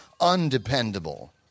undependable